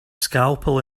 scalpel